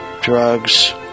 drugs